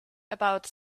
about